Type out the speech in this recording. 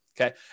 Okay